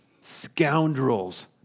scoundrels